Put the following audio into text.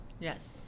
Yes